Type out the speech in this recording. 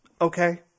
Okay